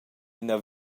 ina